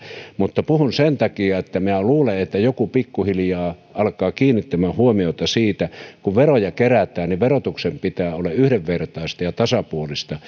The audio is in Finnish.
mutta puhun sen takia että minä luulen että joku pikkuhiljaa alkaa kiinnittämään huomiota siihen että kun veroja kerätään niin verotuksen pitää olla yhdenvertaista ja tasapuolista